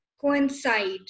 coincide